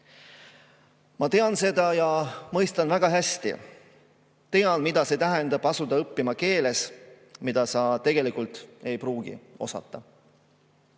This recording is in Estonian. tean seda ja mõistan väga hästi. Tean, mida tähendab asuda õppima keeles, mida sa tegelikult ei pruugi osata.